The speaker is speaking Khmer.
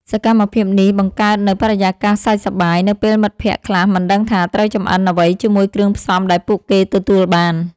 សកម្មភាពនេះនឹងបង្កើតនូវបរិយាកាសសើចសប្បាយ នៅពេលមិត្តភក្តិខ្លះមិនដឹងថាត្រូវចម្អិនអ្វីជាមួយគ្រឿងផ្សំដែលពួកគេទទួលបាន។